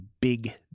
Big